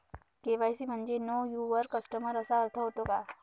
KYC म्हणजे know your customer असा अर्थ होतो का?